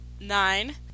nine